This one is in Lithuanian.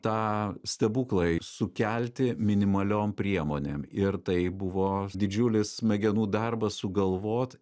tą stebuklą sukelti minimaliom priemonėm ir tai buvo didžiulis smegenų darbas sugalvot